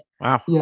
Wow